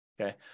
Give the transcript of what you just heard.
Okay